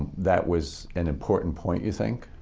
that was an important point, you think?